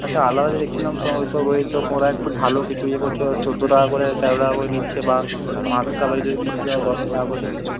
আচ্ছা আলাদা যে দেখছিলাম সব ওই সব রয়েছে খোড়া একটু ভালো কিছু ইয়ে করতে পারতো চোদ্দো টাকা করে তেরো টাকা করে নিচ্ছে বা মাসকাবারি যদি নিতে চাও দশ টাকা করে কিনবেন